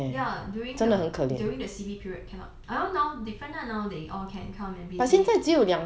ya during the during the C_B period cannot I heard now different lah now they all can come and visit